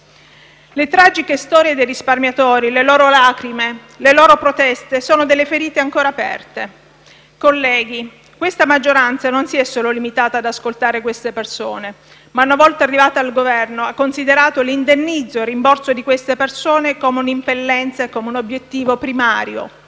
Le tragiche storie dei risparmiatori, le loro lacrime e le loro proteste sono delle ferite ancora aperte. Colleghi, la maggioranza non si è solo limitata ad ascoltare queste persone, ma una volta arrivata al Governo ha considerato l'indennizzo e il rimborso di queste persone come un'impellenza e un obiettivo primario.